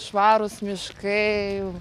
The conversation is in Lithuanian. švarūs miškai